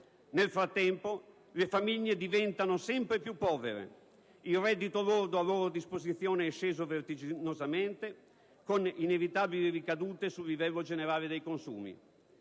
Nel frattempo, le famiglie diventano sempre più povere: il reddito lordo a loro disposizione è sceso vertiginosamente, con inevitabili ricadute sul livello generale dei consumi.